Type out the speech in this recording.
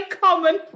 common